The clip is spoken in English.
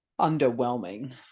underwhelming